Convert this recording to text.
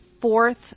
fourth